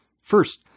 First